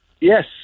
Yes